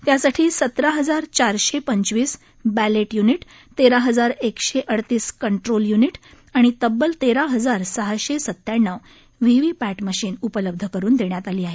त्यासाठी सतरा हजार चारशे पंचवीस बक्षेट य्निट तेरा हजार एकशे अडतीस कंट्रोल युनिट आणि तब्बल तेरा हजार सहाशे सत्याण्णव व्हीव्हीपव्व मशीन उलब्ध करून देण्यात आले आहेत